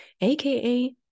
aka